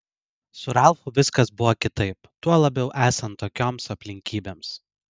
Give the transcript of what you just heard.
su ralfu viskas buvo kitaip tuo labiau esant tokioms aplinkybėms